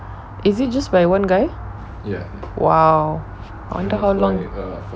is it just by one guy !wow! I wonder how long